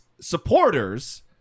supporters